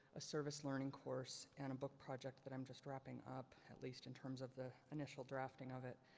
a service learning course and a book project that i'm just wrapping up, at least in terms of the initial drafting of it.